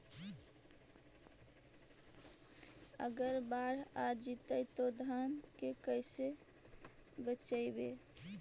अगर बाढ़ आ जितै तो धान के कैसे बचइबै?